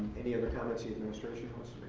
any other comments the administration wants